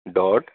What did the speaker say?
dot